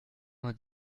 vingt